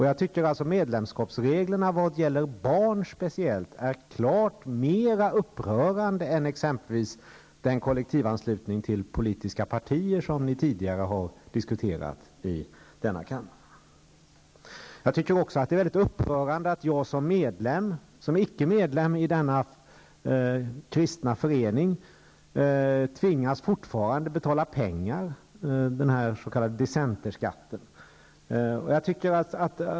Jag tycker att medlemskapsregeln, speciellt vad gäller barn, är klart mer upprörande än exempelvis den kollektivanslutning till politiska partier som ni tidigare har diskuterat i denna kammare. Jag tycker också att det är mycket upprörande att jag som icke medlem i denna kristna förening fortfarande tvingas betala pengar till den, den s.k. dissenterskatten.